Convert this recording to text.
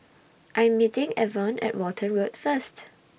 I'm meeting Evon At Walton Road First